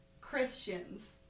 Christians